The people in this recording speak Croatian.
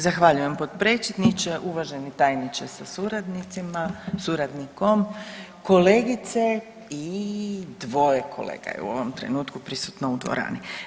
Zahvaljujem potpredsjedniče, uvaženi tajniče sa suradnicima, suradnikom, kolegice i dvoje kolega je u ovom trenutku prisutno u dvorani.